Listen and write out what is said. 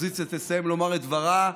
האופוזיציה תסיים לומר את דברה,